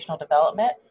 development